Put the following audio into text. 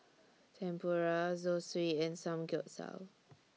Tempura Zosui and Samgeyopsal